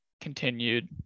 continued